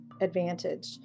advantage